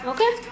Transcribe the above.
Okay